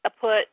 put